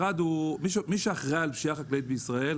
מי שאחראי על פשיעה חקלאית בישראל,